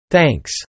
Thanks